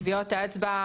טביעות אצבע,